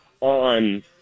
on